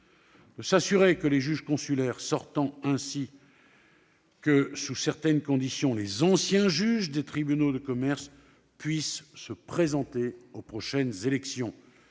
: s'assurer que les juges consulaires sortants, ainsi que, sous certaines conditions, les anciens juges des tribunaux de commerce puissent se présenter aux prochaines élections.